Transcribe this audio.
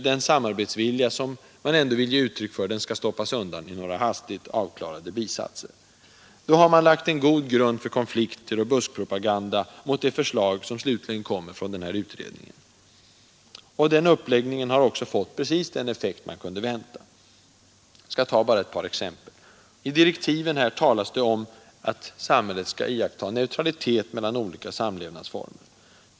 Den samarbetsvilja som man ändå vill ge uttryck för bör stoppas undan i några hastigt avklarade bisatser. Då har man lagt en god grund för konflikter och buskpropaganda mot det förslag som slutligen kommer från utredningen. Denna uppläggning har också fått precis den effekt man kunde vänta. Jag skall nämna bara ett par exempel. I direktiven talas det om att lagstiftningen bör vara ”neutral i förhållande till olika samlevnadsformer”.